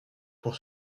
pour